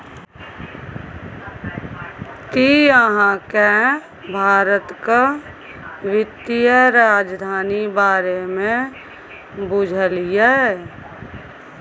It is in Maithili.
कि अहाँ केँ भारतक बित्तीय राजधानी बारे मे बुझल यै?